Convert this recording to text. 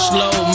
Slow